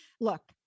look